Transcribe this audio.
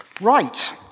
Right